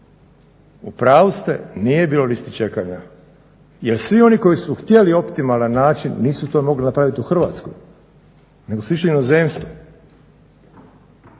U pravu ste nije bilo listi čekanja jer svi oni koji su htjeli optimalan način nisu to mogli napraviti u Hrvatskoj nego su išli u inozemstvo.